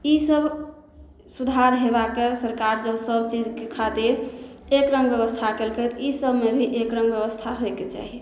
ई सभ सुधार हेबाके सरकार जब सभचीजके खातिर एक रङ्ग व्यवस्था केलकै तऽ ई सभमे भी एक रङ्ग व्यवस्था होइके चाही